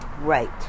Right